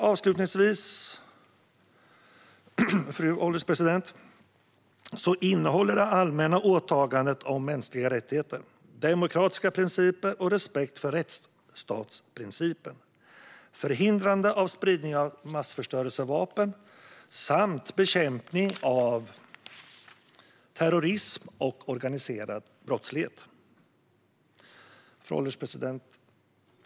Avslutningsvis, fru ålderspresident, innehåller det allmänna åtaganden om mänskliga rättigheter, demokratiska principer och respekt för rättsstatsprincipen, förhindrande av spridning av massförstörelsevapen samt bekämpning av terrorism och organiserad brottslighet. Fru ålderspresident!